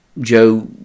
Joe